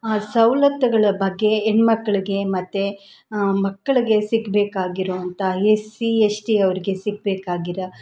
ಸವಲತ್ತುಗಳ ಬಗ್ಗೆ ಹೆಣ್ಮಕ್ಳಿಗೆ ಮತ್ತು ಮಕ್ಳಿಗೆ ಸಿಗ್ಬೇಕಾಗಿರೋಂಥ ಎಸ್ ಸಿ ಎಶ್ ಟಿ ಅವರಿಗೆ ಸಿಗ್ಬೇಕಾಗಿರೋ